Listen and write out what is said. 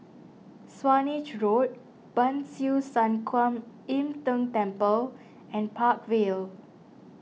Swanage Road Ban Siew San Kuan Im Tng Temple and Park Vale